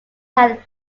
had